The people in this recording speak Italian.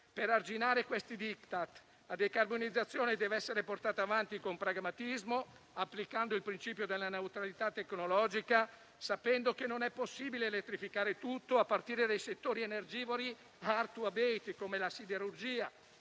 per arginare questi *diktat.* La decarbonizzazione deve essere portata avanti con pragmatismo, applicando il principio della neutralità tecnologica, sapendo che non è possibile elettrificare tutto, a partire dai settori energivori *hard to abate,* come la siderurgia,